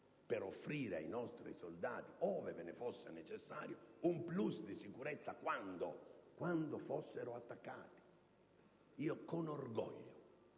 Per offrire ai nostri soldati, ove fosse necessario, un *plus* di sicurezza quando fossero attaccati. Con orgoglio